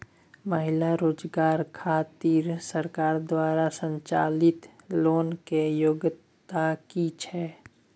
महिला रोजगार खातिर सरकार द्वारा संचालित लोन के योग्यता कि छै?